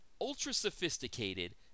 ultra-sophisticated